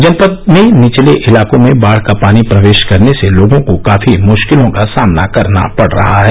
जनपद में निचले इलाकों में बाढ का पानी प्रवेश करने से लोगों को काफी मुश्किलों का सामना करना पड़ रहा है